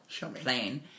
plain